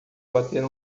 bater